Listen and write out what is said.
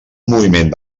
moviment